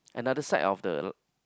another side of the